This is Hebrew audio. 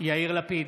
יאיר לפיד,